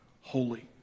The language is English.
holy